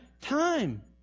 time